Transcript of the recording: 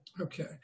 Okay